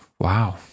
Wow